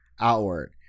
outward